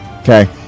Okay